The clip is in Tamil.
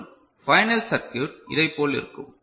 மற்றும் பைனல் சர்க்யூட் இதை போல் இருக்கும்